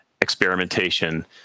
experimentation